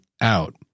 out